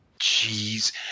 Jeez